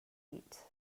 eat